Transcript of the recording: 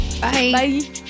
Bye